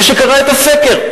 מי שקרא את הסקר.